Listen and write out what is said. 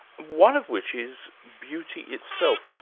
one of which is beauty itself.